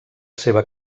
seva